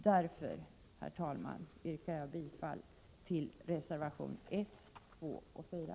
Därför, herr talman, yrkar jag bifall till reservationerna 1, 2 och 4.